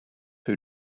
who